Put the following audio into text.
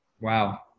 Wow